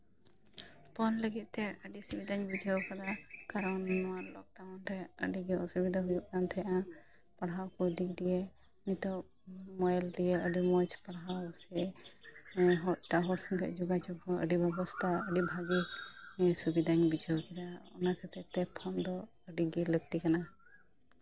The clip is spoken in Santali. ᱯᱷᱳᱱ ᱞᱟᱹᱜᱤᱫᱛᱮ ᱟᱹᱰᱤ ᱥᱩᱵᱤᱫᱟᱧ ᱵᱩᱡᱷᱟᱹᱣ ᱠᱟᱫᱟ ᱠᱟᱨᱚᱱ ᱱᱚᱣᱟ ᱞᱚᱠᱰᱟᱣᱩᱱ ᱨᱮ ᱟᱹᱰᱤ ᱜᱮ ᱚᱥᱩᱵᱤᱫᱟ ᱦᱩᱭᱩᱜ ᱠᱟᱱ ᱛᱟᱦᱮᱸᱜᱼᱟ ᱯᱟᱲᱦᱟᱣ ᱠᱚ ᱫᱤᱠ ᱫᱤᱭᱮ ᱱᱤᱛᱚᱜ ᱢᱳᱵᱟᱭᱤᱞ ᱫᱤᱭᱮ ᱟᱹᱰᱤ ᱢᱚᱡᱽ ᱯᱟᱲᱦᱟᱣ ᱥᱮ ᱮᱴᱟᱜ ᱦᱚᱲ ᱥᱚᱝᱜᱮ ᱡᱳᱜᱟᱡᱳᱜ ᱦᱚᱸ ᱟᱹᱰᱤ ᱵᱮᱵᱚᱥᱛᱟ ᱟᱹᱰᱤ ᱵᱷᱟᱜᱮ ᱥᱩᱵᱤᱫᱟᱧ ᱵᱩᱡᱷᱟᱹᱣ ᱠᱮᱫᱟ ᱚᱱᱟ ᱠᱷᱟᱹᱛᱤᱨ ᱛᱮ ᱯᱷᱳᱱ ᱫᱚ ᱟᱹᱰᱤᱜᱮ ᱞᱟᱹᱠᱛᱤ ᱠᱟᱱᱟ